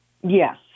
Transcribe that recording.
Yes